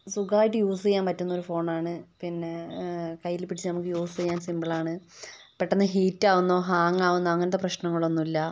സുഖായിട്ട് യൂസ് ചെയ്യാൻ പറ്റുന്നൊരു ഫോണാണ് പിന്നെ കയ്യിൽ പിടിച്ച നമുക്ക് യൂസ് ചെയ്യാൻ സിമ്പിളാണ് പെട്ടെന്ന് ഹീറ്റാവുന്നതോ ഹാങ് ആകുന്നതോ അങ്ങനത്തെ പ്രശ്നങ്ങളൊന്നുല്ല